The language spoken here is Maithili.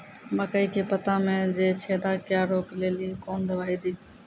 मकई के पता मे जे छेदा क्या रोक ले ली कौन दवाई दी?